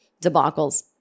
debacles